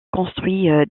construit